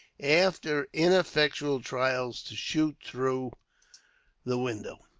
after ineffectual trials to shoot through the window.